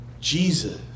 Jesus